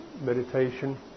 meditation